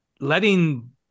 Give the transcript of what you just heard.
letting